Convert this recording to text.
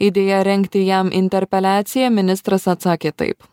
idėją rengti jam interpeliaciją ministras atsakė taip